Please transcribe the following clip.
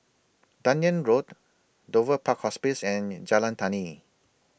Dunearn Road Dover Park Hospice and Jalan Tani